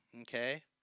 Okay